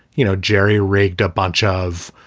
you know, jerry rigged a bunch of,